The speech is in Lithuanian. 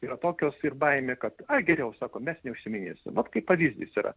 yra tokios ir baimė kad ai geriau sako mes neužsiiminėsim vat kaip pavyzdys yra